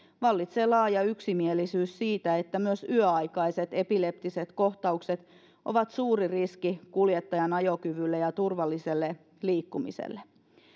vallitsee laaja yksimielisyys siitä että myös yöaikaiset epileptiset kohtaukset ovat suuri riski kuljettajan ajokyvylle ja turvalliselle liikkumiselle